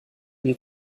mir